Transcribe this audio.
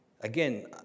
Again